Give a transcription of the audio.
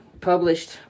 published